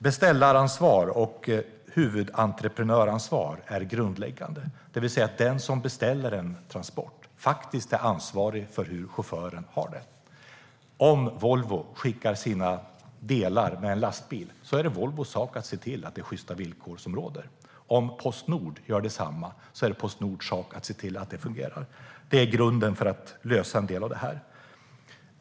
Beställaransvar och huvudentreprenörsansvar är grundläggande, det vill säga att den som beställer en transport är ansvarig för chaufförens arbetsvillkor. Om Volvo skickar sina bildelar med lastbil är det Volvos sak att se till att det råder sjysta villkor. Om Postnord gör detsamma är det Postnords sak att se till att det fungerar. Det är grunden för att lösa en del av problemen.